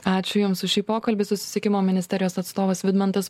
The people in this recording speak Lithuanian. ačiū jums už šį pokalbį susisiekimo ministerijos atstovas vidmantas